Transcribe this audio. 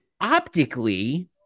optically